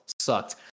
sucked